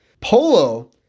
Polo